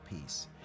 peace